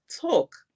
talk